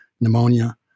pneumonia